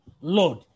Lord